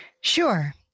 Sure